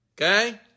okay